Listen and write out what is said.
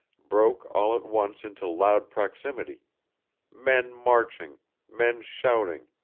broke all at once into loud proximity men marching, men shouting,